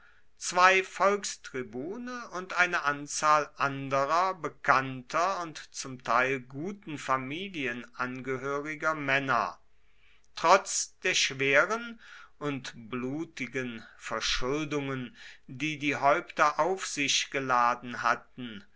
zwei volkstribune und eine anzahl anderer bekannter und zum teil guten familien angehöriger männer trotz der schweren und blutigen verschuldungen die die häupter auf sich geladen hatten